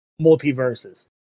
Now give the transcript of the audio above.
multiverses